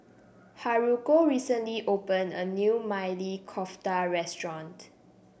Haruko recently opened a new Maili Kofta Restaurant